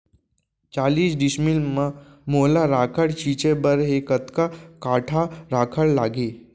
चालीस डिसमिल म मोला राखड़ छिंचे बर हे कतका काठा राखड़ लागही?